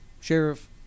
sheriff